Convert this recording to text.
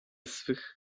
swych